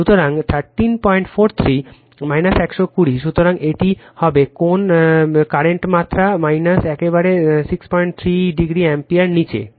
সুতরাং 1343 120 সুতরাং এটি হবে কোণ বর্তমান মাত্রা একবার 65o অ্যাম্পিয়ারের নিচে